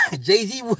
Jay-Z